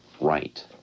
right